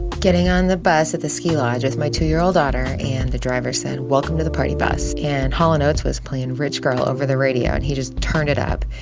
getting on the bus at the ski lodge with my two year old daughter. and the driver said, welcome to the party bus. and hall and oates was playing rich girl over the radio. and he just turned it up.